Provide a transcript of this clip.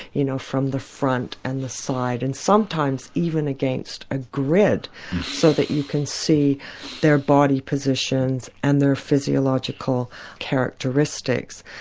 you know, from the front and the side, and sometimes even against a grid so that you can see their body positions and their physiological characteristics.